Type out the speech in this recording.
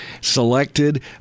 selected